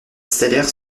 stellaire